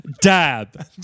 Dab